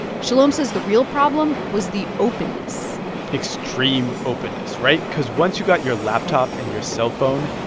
shalom says the real problem was the openness extreme openness, right? cause once you got your laptop and your cellphone,